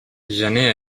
gener